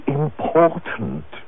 important